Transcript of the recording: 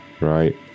right